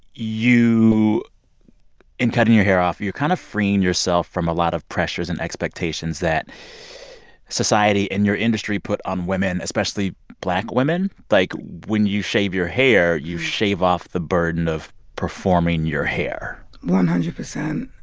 you in cutting your hair off, you're kind of freeing yourself from a lot of pressures and expectations that society and your industry put on women, especially black women. like, when you shave your hair, you shave off the burden of performing your hair one hundred percent.